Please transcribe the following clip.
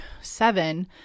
seven